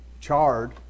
charred